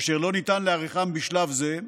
אשר לא ניתן להעריכם בשלב זה,